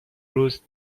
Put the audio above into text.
روز